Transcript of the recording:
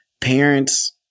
parents